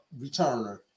returner